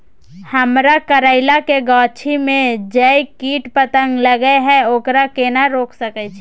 हमरा करैला के गाछी में जै कीट पतंग लगे हैं ओकरा केना रोक सके छी?